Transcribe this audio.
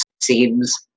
seems